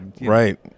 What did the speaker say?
Right